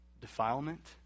Defilement